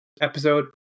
episode